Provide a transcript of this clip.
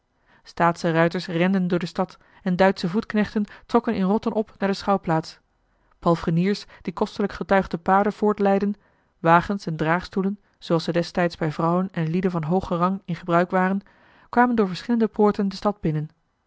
staatsche ruiters renden door de stad en duitsche voetknechten trokken in rotten op naar de schouwplaats palfreniers die kostelijk getuigde paarden voortleidden wagens en draagstoelen zooals ze destijds bij vrouwen en lieden van hoogen rang in gebruik waren kwamen door verschillende poorten de stad binnen